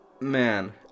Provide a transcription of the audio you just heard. man